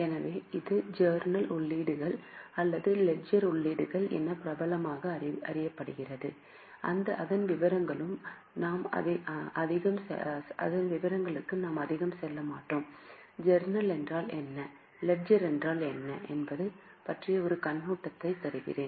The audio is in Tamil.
எனவே இது ஜர்னல் உள்ளீடுகள் அல்லது லெட்ஜர் உள்ளீடுகள் என பிரபலமாக அறியப்படுகிறது அதன் விவரங்களுக்கு நாம் அதிகம் செல்ல மாட்டோம் ஜர்னல் என்றால் என்ன லெட்ஜர் என்றால் என்ன என்பது பற்றிய ஒரு கண்ணோட்டத்தை தருகிறேன்